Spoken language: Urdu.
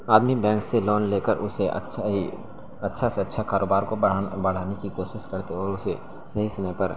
آدمی بینک سے لون لے کر اسے اچھائی اچھا سے اچھا کاروبار کو بڑھا بڑھانے کی کوسس کرتے ہیں اور اسے صحیح سمے پر